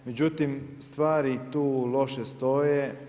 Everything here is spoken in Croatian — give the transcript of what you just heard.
Međutim, stvari tu loše stoje.